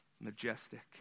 majestic